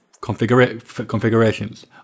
configurations